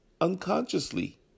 unconsciously